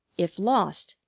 if lost,